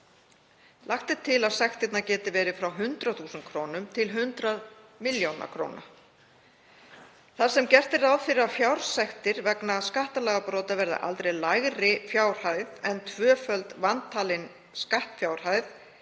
Lagt er til að sektirnar geti verið frá 100 þús. kr. til 100 millj. kr. Þar sem gert er ráð fyrir að fjársektir vegna skattalagabrota verði aldrei lægri fjárhæð en tvöföld vantalin skattfjárhæð